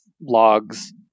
logs